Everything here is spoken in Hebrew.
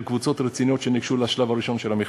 קבוצות רציניות שניגשו לשלב הראשון של המכרז.